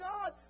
God